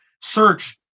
search